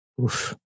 Oof